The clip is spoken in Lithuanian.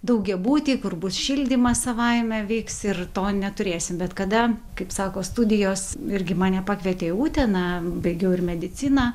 daugiabuty kur bus šildymas savaime veiks ir to neturėsim bet kada kaip sako studijos irgi mane pakvietė į uteną baigiau ir mediciną